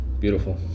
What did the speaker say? Beautiful